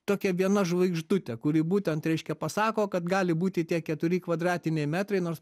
tokia viena žvaigždutė kuri būtent reiškia pasako kad gali būti tie keturi kvadratiniai metrai nors